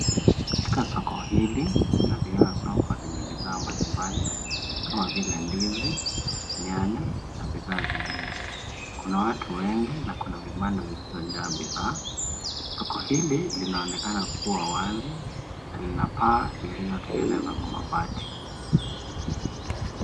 Katika soko hili, tunavyoona soko lenye bidhaa mbalimbali, kama vile ndizi, nyanya na bidhaa zingine. Kuna watu wengi na kuna vibanda zilizojaa bidhaa. Soko hili linaonekana kuwa wazi, na lina paa lililotengenezwa kwa mabati.